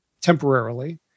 temporarily